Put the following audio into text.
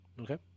Okay